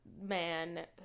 man